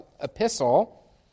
epistle